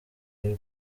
y’u